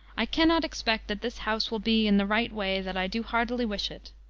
i can not expect that this house will be in the right way that i do heartily wish it.